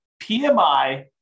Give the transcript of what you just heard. PMI